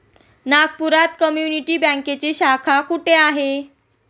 नागपुरात कम्युनिटी बँकेची शाखा कुठे आहे?